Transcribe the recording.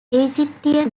egyptian